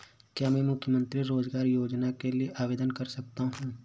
क्या मैं मुख्यमंत्री रोज़गार योजना के लिए आवेदन कर सकता हूँ?